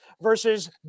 versus